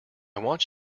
want